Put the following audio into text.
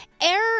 Error